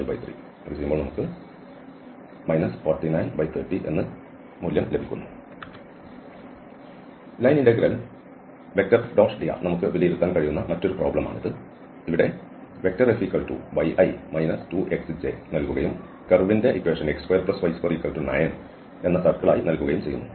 ശരി line integral F⋅dr നമുക്ക് വിലയിരുത്താൻ കഴിയുന്ന മറ്റൊരു പ്രോബ്ലം ആണിത് അവിടെ നൽകുകയും കർവ് x2y29 എന്ന സർക്കിൾ ആയി നൽകുകയും ചെയ്യുന്നു